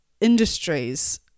industries